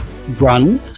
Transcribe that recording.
run